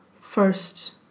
first